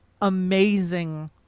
amazing